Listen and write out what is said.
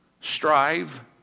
strive